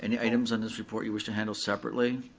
any items on this report you wish to handle separately?